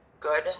good